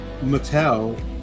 Mattel